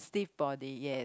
stiff body yes